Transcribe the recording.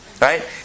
right